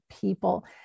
people